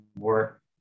more